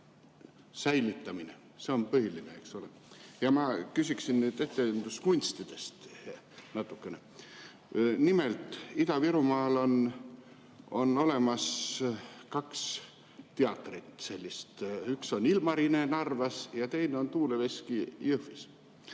säilitamine. See on põhiline, eks ole. Ma küsin nüüd etenduskunstide kohta natukene. Nimelt, Ida-Virumaal on olemas kaks teatrit, üks on Ilmarine Narvas ja teine on Tuuleveski Jõhvis.